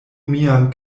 mian